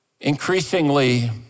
Increasingly